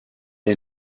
est